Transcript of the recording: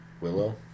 Willow